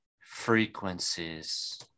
frequencies